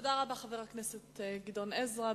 תודה לחבר הכנסת עזרא.